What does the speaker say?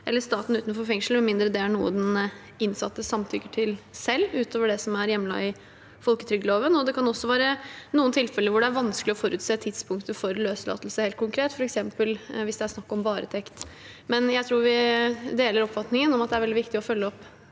eller staten utenfor fengslene med mindre det er noe den enkelte innsatte samtykker til selv ut over det som er hjemlet i folketrygdloven. Det kan også være noen tilfeller hvor det er vanskelig å forutse tidspunktet for løslatelse helt konkret, f.eks. hvis det er snakk om varetekt. Men jeg tror vi deler oppfatningen om at det er veldig viktig å følge opp